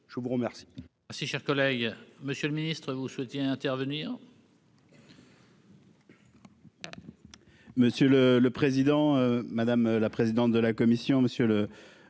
Je vous remercie,